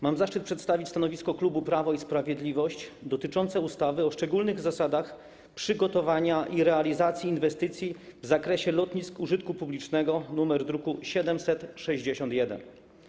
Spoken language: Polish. Mam zaszczyt przedstawić stanowisko klubu Prawo i Sprawiedliwość dotyczące ustawy o szczególnych zasadach przygotowania i realizacji inwestycji w zakresie lotnisk użytku publicznego, druk nr 761.